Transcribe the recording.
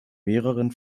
mehreren